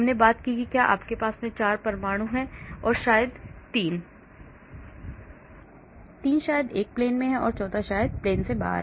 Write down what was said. हमने बात कि क्या आपके पास 4 परमाणु हैं 3 शायद एक plane में चौथा शायद plane से बाहर